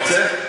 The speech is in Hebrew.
אתה רוצה?